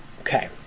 Okay